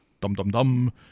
dum-dum-dum